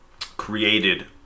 created